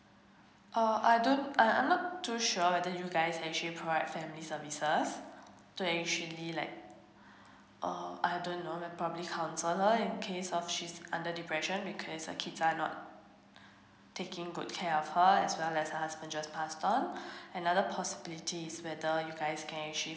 oh I don't I'm not too sure whether you guys actually provide family services to actually like uh I don't know probably counsellor in case of she's under depression because her kids are not taking good care of her as well as her husband just passed on and another possibility is whether you guys can actually